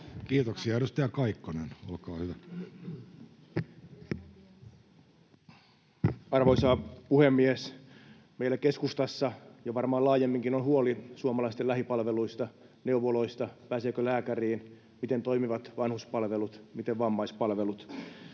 Kiitoksia. — Edustaja Kaikkonen, olkaa hyvä. Arvoisa puhemies! Meillä keskustassa ja varmaan laajemminkin on huoli suomalaisten lähipalveluista, neuvoloista, pääseekö lääkäriin, miten toimivat vanhuspalvelut, miten vammaispalvelut.